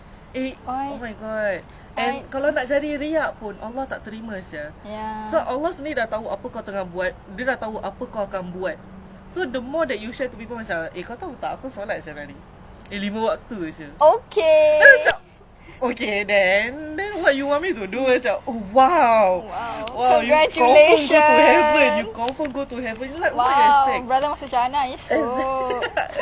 !wow! congratulations !wow! masuk jannah esok but I've met some people that dia orang err like hafal al quran all that until like not say fluent or what I'm not sure that's what they are trying to do but it comes off that way or maybe I tersinggung sikit sebab I tak boleh hafal but like you know there's no need to